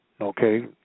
Okay